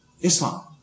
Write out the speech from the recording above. Islam